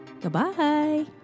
Goodbye